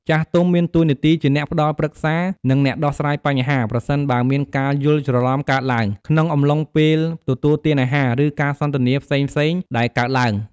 ចាស់ទុំមានតួនាទីជា អ្នកផ្ដល់ប្រឹក្សា និង អ្នកដោះស្រាយបញ្ហា ប្រសិនបើមានការយល់ច្រឡំកើតឡើង ក្នុងអំឡុងពេលទទួលទានអាហារ ឬ ការសន្ទនាផ្សេងៗដែលកើតឡើង ។